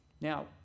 Now